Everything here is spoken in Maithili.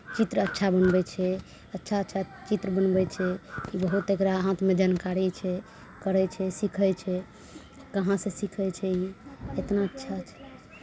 चित्र अच्छा बनबै छै अच्छा अच्छा चित्र बनबै छै बहुत एकरा हाथमे जानकारी छै करै छै सीखै छै कहाँसँ सीखै छै ई इतना अच्छा